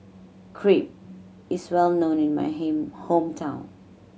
crepe is well known in my hometown